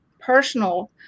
personal